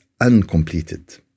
uncompleted